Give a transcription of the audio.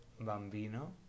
Bambino